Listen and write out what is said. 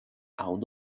out